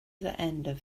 end